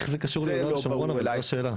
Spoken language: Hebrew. איך זה קשור ליהודה ושומרון אבל, זו השאלה?